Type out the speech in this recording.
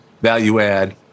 value-add